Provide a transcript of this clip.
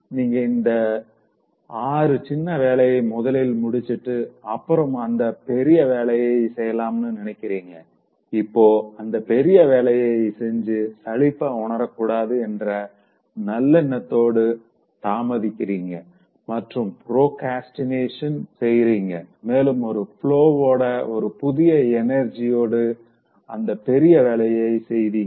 நீங்க அந்த 6 சின்ன வேலைய முதலில் முடிச்சுட்டு அப்புறம் இந்த பெரிய வேலைய செய்யலாம்னு நினைக்கிறீங்க இப்போ அந்த பெரிய வேலைய செஞ்சு சலிப்பா உணரக்கூடாது என்ற நல்லெண்ணத்தோடு தாமதிக்கிறிங்க மற்றும் ப்ரோக்ரஸ்டினேட் செய்றீங்க மேலும் ஒரு ஃப்லோஓட ஒரு புதிய எனர்ஜியோடு அந்த பெரிய வேலைய செய்வீங்க